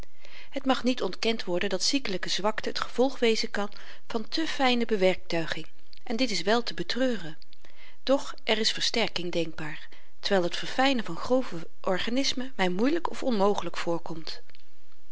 het mag niet ontkend worden dat ziekelyke zwakte t gevolg wezen kan van te fyne bewerktuiging en dit is wel te betreuren doch er is versterking denkbaar terwyl t verfynen van grove organismen my moeilyk of onmogelyk voorkomt